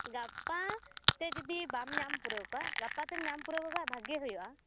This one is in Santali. ᱜᱟᱯᱟ ᱛᱮ ᱡᱩᱫᱤ ᱵᱟᱢ ᱧᱟᱢ ᱯᱩᱨᱟ ᱣ ᱠᱚᱣᱟ ᱜᱟᱯᱟᱛᱮᱢ ᱧᱟᱢ ᱯᱩᱨᱟ ᱣ ᱠᱚᱠᱷᱟᱡ ᱵᱷᱟ ᱜᱮ ᱦᱩᱭᱩᱜ ᱼᱟ